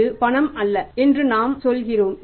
இது பணம் அல்ல என்று நாம் சொல்கிறோம்